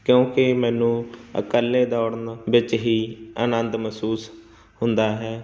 ਕਿਉਂਕਿ ਮੈਨੂੰ ਇਕੱਲੇ ਦੌੜਨ ਵਿੱਚ ਹੀ ਆਨੰਦ ਮਹਿਸੂਸ ਹੁੰਦਾ ਹੈ